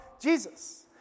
Jesus